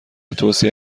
توصیه